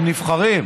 הם נבחרים,